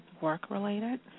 work-related